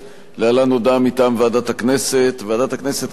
להלן הודעה מטעם ועדת הכנסת: ועדת הכנסת קבעה היום כי